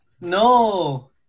No